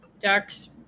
Ducks